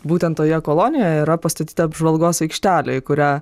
būtent toje kolonijoje yra pastatyta apžvalgos aikštelė į kurią